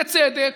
בצדק,